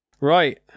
Right